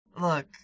look